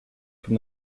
from